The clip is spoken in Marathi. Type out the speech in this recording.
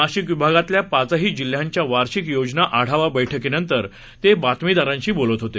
नाशिकविभागातल्यापाचहीजिल्ह्यांच्यावार्षिकयोजनाआढावाबैठकीनंतरतेबातमीदारांशीबोलतहोते